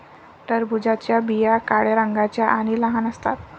टरबूजाच्या बिया काळ्या रंगाच्या आणि लहान असतात